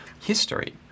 history